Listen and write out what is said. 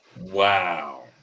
Wow